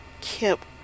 kept